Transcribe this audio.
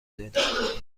دادید